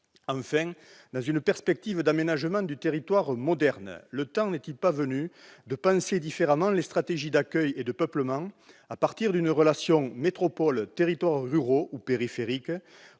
Enfin, dans une perspective d'aménagement du territoire moderne, le temps n'est-il pas venu de penser différemment les stratégies d'accueil et de peuplement à partir d'une relation « métropole-territoires ruraux ou périphériques »